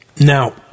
Now